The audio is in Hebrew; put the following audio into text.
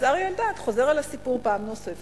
אז אריה אלדד חוזר על הסיפור פעם נוספת